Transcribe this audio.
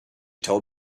told